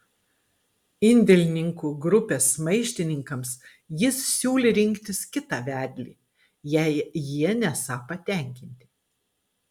indėlininkų grupės maištininkams jis siūlė rinktis kitą vedlį jei jie nesą patenkinti